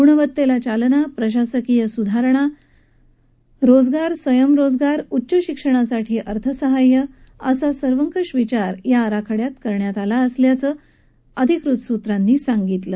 गुणवत्तेला चालना प्रशासकीय सुधारणास रोजगार स्वयरोजगार उच्च शिक्षणासाठी अर्थ सहाय्य असा सर्वकष विचार या आराखड्यात करण्यात आला आहे अशी माहिती अधिका यांनी दिली